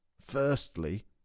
firstly